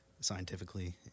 scientifically